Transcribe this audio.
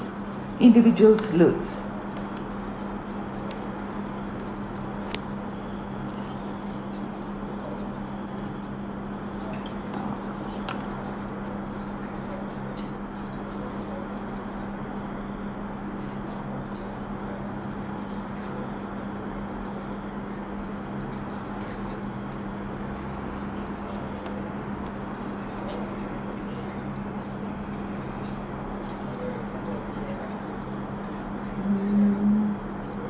individuals loads mm